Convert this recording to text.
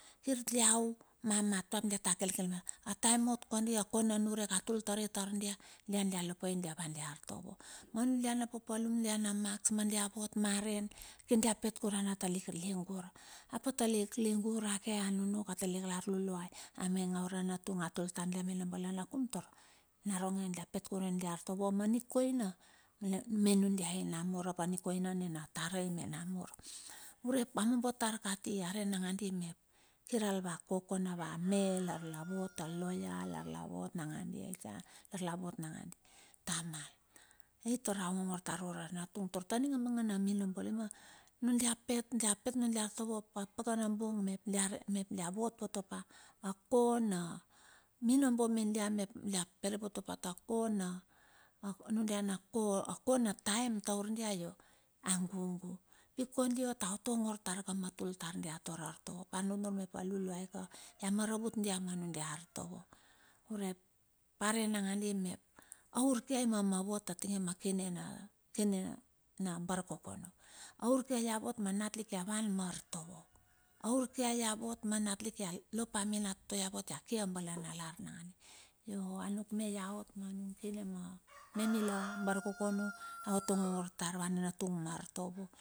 Kir iau, mua mat pa ap diata kelkel malet pa, ataem ot kondi akona niurek atul tari dia, dia dia lo pai diavan dia artovo. Manundia na papalum nundia namaks ma dia vot maren, kir dia pet kuruan atalik lingur, ap atalik lingur ake nunuk atalik lar, luluai amainge ura natung a tul tar dia mena bale nakum tar, naronge dia pet kurue nundia artovo ma nikoina me nundiai me namur ap anikoina, ap a nikoina nina tarai me namur. urep a mombo tar kati, arei nangandi mep, kiralava kokona va me la vot aloya, lar la vot nangandi, tamal. Aitar aongongor tar ura natung tar taninga mangana minombo tar na dia pet dia pet dia pet nundia artovo, ap apakana bung mep dia vot pote pa akona minombo me dia. mep dia poropte pa ta kona nundia mep akona taem taur dia io a gugu. Pi kondi ot aot ongor tar ka ma tultar dia tar a artovo, ap anurnur mep aluluai ka, ia maravut dia ma nundia artovo. Urep arei nangadi mep a urkia i mama vot atinge ma kine na, kine na barkokono. Aurkia ia vot na natlik ia van ma artovo, aurkia ia vot ma natlik ma minatoto ia vot, ia kia a balana lar nangandi. Ioanukme ia ot manung kine me mila abarkokono aot ongongor tar va nanatung ma artovo.